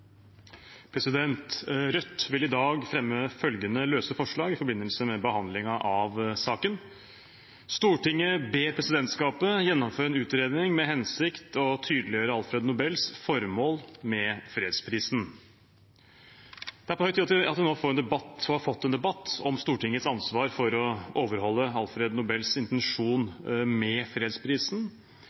forkastet. Rødt vil i dag fremme følgende forslag i forbindelse med behandlingen av saken: «Stortinget ber presidentskapet gjennomføre en utredning med hensikt å tydeliggjøre Alfred Nobels formål med fredsprisen.» Det er på høy tid at vi nå har en debatt om Stortingets ansvar for å overholde Alfred Nobels intensjon med fredsprisen.